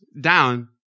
down